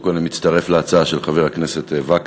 קודם כול אני מצטרף להצעה של חבר הכנסת וקנין,